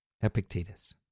Epictetus